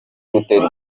gutera